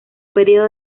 período